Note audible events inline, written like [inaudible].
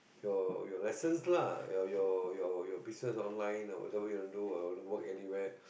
your your lessons lah your your your business online or whatever you want to do or want work anywhere [breath]